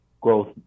growth